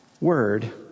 Word